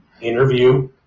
interview